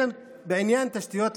בעניין התשתיות,